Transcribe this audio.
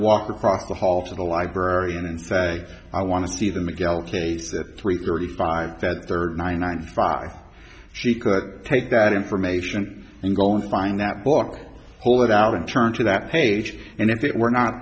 walk across the hall to the library and say i want to see them a gal case that three thirty five that third ninety five she could take that information and go and find that book pull it out and turn to that page and if it were not